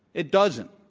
it doesn't.